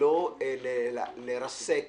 לא לרסק